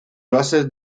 bases